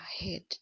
ahead